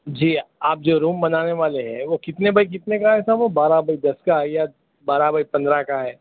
جی آپ جو روم بنانے والے ہیں وہ کتنے بائی کتنے کا ہے صاحب وہ بارہ بائی دس کا ہے یا بارہ بائی پندرہ کا ہے